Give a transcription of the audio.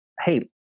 hey